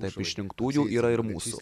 tarp išrinktųjų yra ir mūsų